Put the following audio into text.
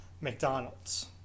McDonald's